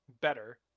better